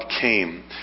came